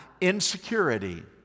insecurity